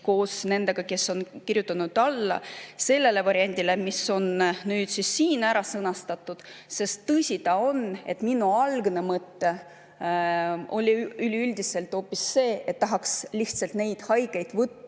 koos nendega, kes on kirjutanud alla, selle variandi juurde, mis on nüüd siin ära sõnastatud. Sest tõsi ta on, et minu algne mõte oli üldiselt hoopis see, et tahaks lihtsalt neid haigeid võtta